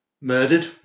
murdered